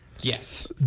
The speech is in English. Yes